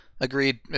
Agreed